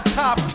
top